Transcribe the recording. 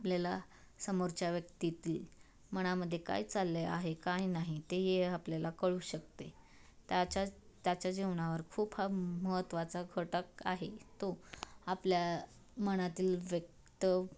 आपल्याला समोरच्या व्यक्तीतील मनामध्ये काय चालले आहे काय नाही ते हे आपल्याला कळू शकते त्याच्या त्याच्या जीवनावर खूप हा महत्त्वाचा घटक आहे तो आपल्या मनातील व्यक्त